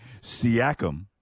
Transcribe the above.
Siakam